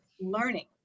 learning